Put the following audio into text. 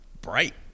bright